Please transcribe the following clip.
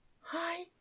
hi